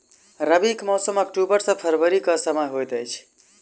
रबीक मौसम अक्टूबर सँ फरबरी क समय होइत अछि